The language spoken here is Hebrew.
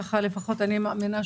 כך לפחות אני מאמינה,